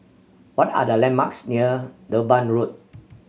what are the landmarks near Durban Road